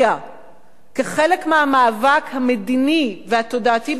כחלק מהמאבק המדיני והתודעתי במדינת ישראל,